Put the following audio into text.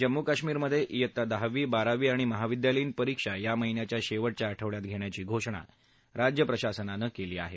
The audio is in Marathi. जम्मू कश्मीरमधे वित्ता दहावी बारावी आणि महाविद्यालयीन परीक्षा या महिन्याच्या शेवटच्या आठवड्यात घेण्याची घोषणा राज्य प्रशासनानं केली आहे